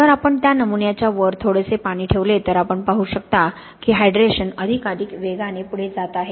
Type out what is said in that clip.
जर आपण त्या नमुन्याच्या वर थोडेसे पाणी ठेवले तर आपण पाहू शकता की हायड्रेशन अधिकाधिक वेगाने पुढे जात आहे